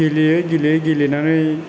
गेलेयै गेलेयै गेलेनानै